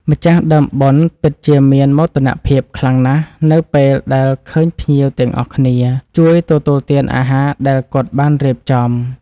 ម្ចាស់ដើមបុណ្យពិតជាមានមោទនភាពខ្លាំងណាស់នៅពេលដែលឃើញភ្ញៀវទាំងអស់គ្នា ជួយទទួលទានអាហារដែលគាត់បានរៀបចំ។